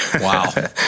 Wow